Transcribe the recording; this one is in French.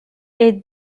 est